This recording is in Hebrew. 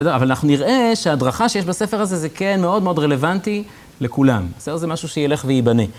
בסדר? אבל אנחנו נראה שההדרכה שיש בספר הזה זה כן מאוד מאוד רלוונטי לכולם. בסדר, זה משהו שילך וייבנה.